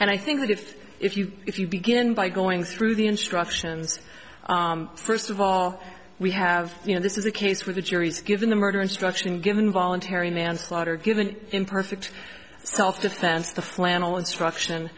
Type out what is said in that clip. and i think that if if you if you begin by going through the instructions first of all we have you know this is a case where the jury's given the murder instruction given voluntary manslaughter give an imperfect self defense the flannel instruction